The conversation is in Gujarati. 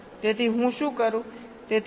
તેથી હું શું કરું